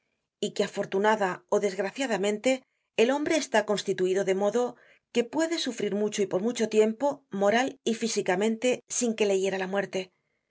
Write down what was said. y que afortunada ó desgraciadamente el hombre está cons tituido de modo que puede sufrir mucho y por mucho tiempo moral y físicamente sin que le hiera la muerte